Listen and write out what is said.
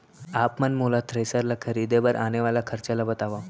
आप मन मोला थ्रेसर ल खरीदे बर आने वाला खरचा ल बतावव?